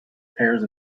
pairs